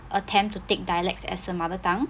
attempt to take dialects as a mother tongue